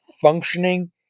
functioning